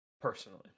Personally